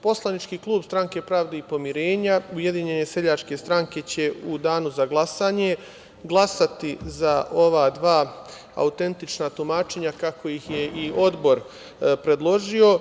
Poslanički klub Pravde i pomirenja, Ujedinjene seljačke stranke će u Danu za glasanje glasati za ova dva autentična tumačenja kako ih je i odbor predložio.